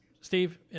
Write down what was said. Steve